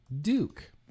Duke